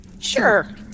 Sure